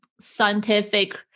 scientific